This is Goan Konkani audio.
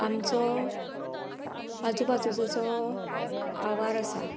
आमचो आजुबाजूचो जो आवार आसा